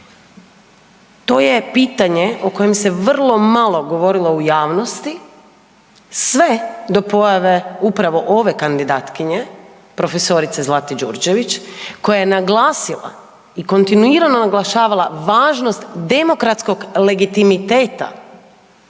To je pitanje o kojem se vrlo govorilo u javnosti, sve do pojave uprave ove kandidatkinje, prof. Zlate Đurđević koja je naglasila i kontinuirano naglašavala važnost demokratskog legitimiteta